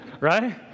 Right